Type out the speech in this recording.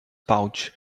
pouch